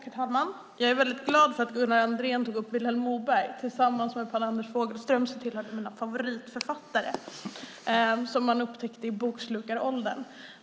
Herr talman! Jag är väldigt glad för att Gunnar Andrén tog upp Vilhelm Moberg. Tillsammans med Per Anders Fogelström tillhörde han mina favoritförfattare, som jag upptäckte i bokslukaråldern.